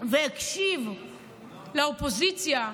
והקשיב לאופוזיציה,